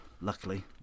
luckily